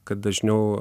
kad dažniau